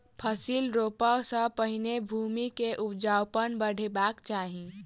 फसिल रोपअ सॅ पहिने भूमि के उपजाऊपन बढ़ेबाक चाही